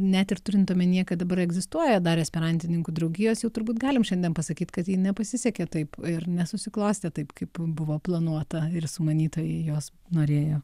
net ir turint omenyje kad dabar egzistuoja dar esperantininkų draugijos jau turbūt galim šiandien pasakyt kad ji nepasisekė taip ir nesusiklostė taip kaip buvo planuota ir sumanytojai jos norėjo